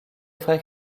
frère